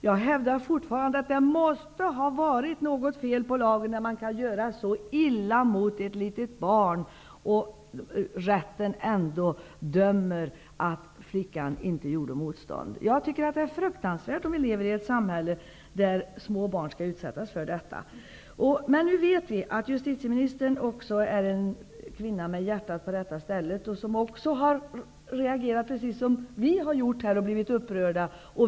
Jag hävdar fortfarande att det måste ha varit något fel på lagen när man kan göra så illa mot ett litet barn och rätten ändå tar fasta på att flickan inte gjorde motstånd. Det är fruktansvärt om vi lever i ett samhälle, där små barn kan utsättas för detta. Vi vet nu att justitieministern är en kvinna med hjärtat på rätta stället. Hon har reagerat precis om vi har gjort och blivit upprörd.